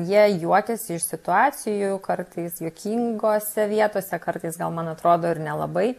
jie juokiasi iš situacijų kartais juokingose vietose kartais gal man atrodo ir nelabai